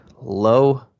low